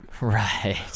Right